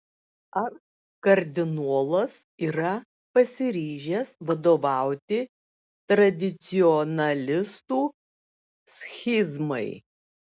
ar kardinolas yra pasiryžęs vadovauti tradicionalistų schizmai